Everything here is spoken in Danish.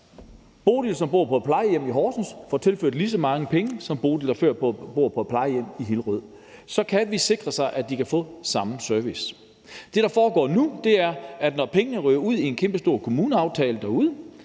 Bodil, som bor på et plejehjem i Horsens, får tilført lige så mange penge som Bodil, der bor på et plejehjem i Hillerød, så kan vi sikre, at de får samme service. Det, der foregår nu, er, at når pengene ryger ud i en kæmpestor kommuneaftale,